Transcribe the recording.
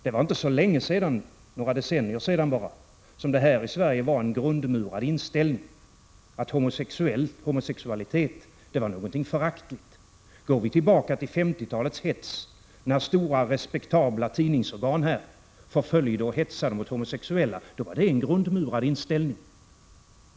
Det var inte så länge sedan — bara några decennier — som det här i Sverige var en grundmurad inställning att homosexualitet var någonting föraktligt. Går vi tillbaka till 50-talets hets, när stora respektabla tidningsorgan förföljde och hetsade mot homosexuella, då var det en grundmurad inställning.